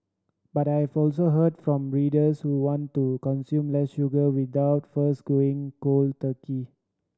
but I also heard from readers who want to consume less sugar without first going gold turkey